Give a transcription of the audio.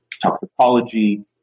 toxicology